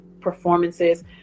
performances